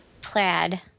plaid